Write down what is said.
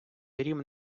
грім